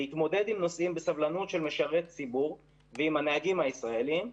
להתמודד עם נושאים בסבלנות של משרת ציבור ועם הנהגים הישראלים.